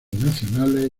nacionales